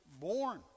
born